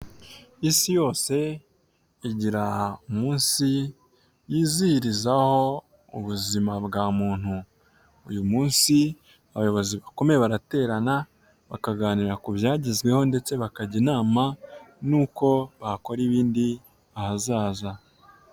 Isi yose igira umunsi yizihirizaho ubuzima bwa muntu uyu munsi abayobozi bakomeye baraterana bakaganira ku byagezweho ndetse bakajya inama n'uko bakora ibindi ahazaza.